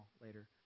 later